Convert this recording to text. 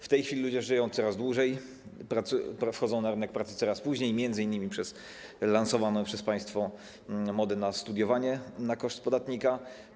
W tej chwili ludzie żyją coraz dłużej, wchodzą na rynek pracy coraz później, m.in. przez lansowaną przez państwo modę na studiowanie na koszt podatnika.